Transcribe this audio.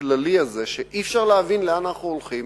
הכללי הזה שאי-אפשר להבין לאן אנחנו הולכים,